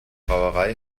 brauerei